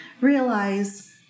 realize